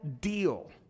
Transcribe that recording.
deal